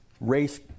race